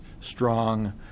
strong